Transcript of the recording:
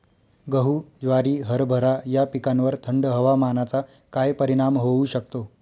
गहू, ज्वारी, हरभरा या पिकांवर थंड हवामानाचा काय परिणाम होऊ शकतो?